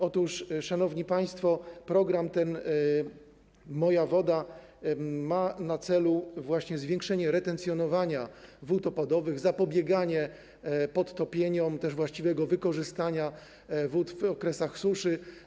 Otóż, szanowni państwo, program „Moja woda” ma na celu właśnie zwiększenie retencjonowania wód opadowych, zapobieganie podtopieniom, jak też zwiększenie właściwego wykorzystania wód w okresach suszy.